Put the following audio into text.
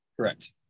Correct